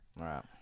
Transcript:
Right